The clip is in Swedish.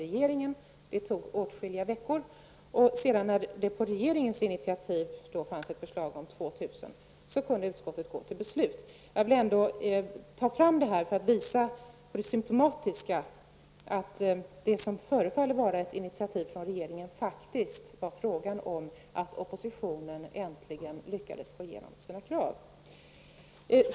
Det tog åtskilliga veckor. När regeringen hade tagit initiativ och lagt fram ett förslag om 2 000 personer kunde alltså utskottet fatta ett beslut. Jag vill visa det symtomatiska att det som förefaller vara ett initiativ av regeringen faktiskt bara innebär att oppositionen äntligen lyckats få igenom sitt krav.